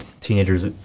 teenagers